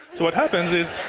so what happened is,